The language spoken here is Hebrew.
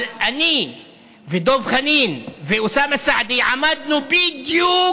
אבל אני ודב חנין ואוסאמה סעדי עמדנו בדיוק